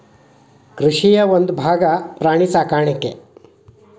ಕೃಷಿಯ ಒಂದುಭಾಗಾ ಪ್ರಾಣಿ ಸಾಕಾಣಿಕೆ